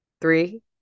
three